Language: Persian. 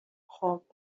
خوب